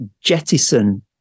jettison